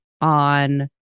on